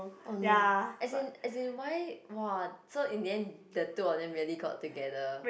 oh no as in as in why !wah! so in the end the two of them really got together